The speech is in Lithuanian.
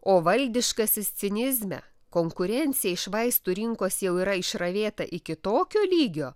o valdiškasis cinizme konkurencija iš vaistų rinkos jau yra išravėta iki tokio lygio